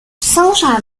sunshine